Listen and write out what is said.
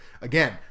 again